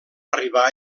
arribar